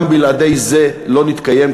גם בלעדי זה לא נתקיים,